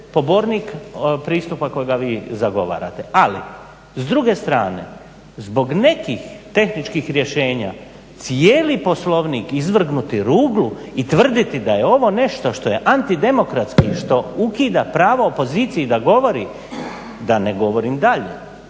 pobornik pristupa kojega vi zagovarate. Ali s druge strane zbog nekih tehničkih rješenja cijeli poslovnik izvrgnuti ruglu i tvrditi da je ovo nešto što je antidemokratski što ukida pravo opoziciji da govori, da ne govorim dalje